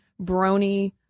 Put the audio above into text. brony